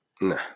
Nah